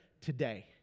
today